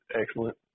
excellent